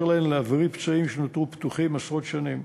להן להבריא פצעים שנותרו פתוחים עשרות שנים.